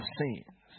sins